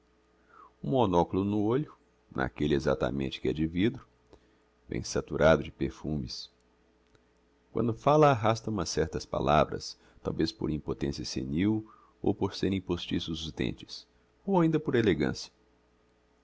um monoculo no olho n'aquelle exactamente que é de vidro vem saturado de perfumes quando fala arrasta umas certas palavras talvez por impotencia senil ou por serem postiços os dentes ou ainda por elegancia